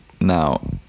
Now